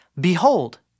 Behold